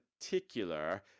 particular